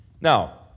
Now